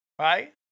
Right